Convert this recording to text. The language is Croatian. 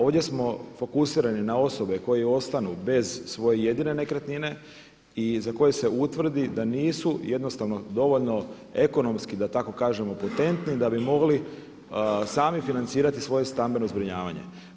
Ovdje smo fokusirani na osobe koji ostanu bez svoje jedine nekretnine i za koje se utvrdi da nisu jednostavno dovoljno ekonomski da tako kažemo potentni da bi mogli sami financirati svoje stambeno zbrinjavanje.